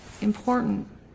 important